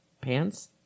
pants